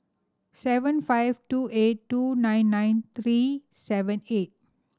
seven five two eight two nine nine three seven eight